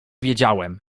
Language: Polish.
wiedziałem